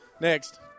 Next